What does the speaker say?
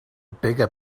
bigger